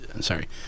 sorry